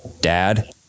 dad